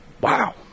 Wow